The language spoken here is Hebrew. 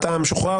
אתה משוחרר"?